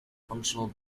functional